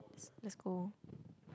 let's let's go